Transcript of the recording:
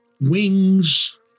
Wings